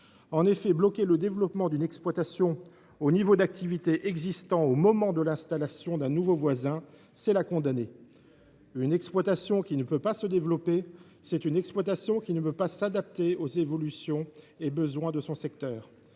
En effet, bloquer le développement d’une exploitation au niveau d’activité qui existait au moment de l’installation d’un nouveau voisin, c’est la condamner. Une exploitation qui ne peut pas se développer, c’est une exploitation qui ne peut pas s’adapter aux évolutions et aux besoins du secteur.